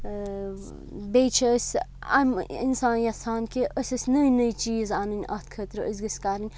بیٚیہِ چھِ أسۍ اَمہِ اِنسان یَژھان کہِ أسۍ ٲسۍ نٔے نٔے چیٖز اَنٕنۍ اَتھ خٲطرٕ أسۍ گٔژھۍ کَرٕنۍ